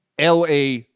LA